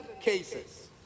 cases